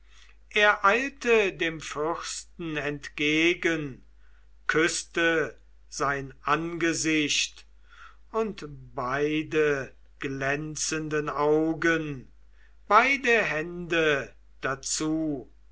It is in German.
er eilte dem fürsten entgegen küßte sein angesicht und beide glänzenden augen beide hände dazu